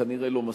כנראה לא מספיק.